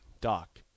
Doc